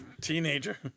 Teenager